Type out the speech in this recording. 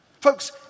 Folks